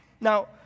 Now